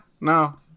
no